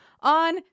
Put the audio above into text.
on